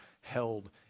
held